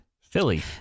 Philly